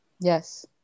yes